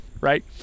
right